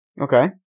Okay